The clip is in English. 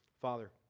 Father